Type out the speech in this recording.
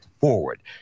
Forward